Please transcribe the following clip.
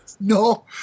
No